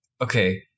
okay